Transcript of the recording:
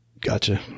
Gotcha